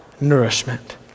nourishment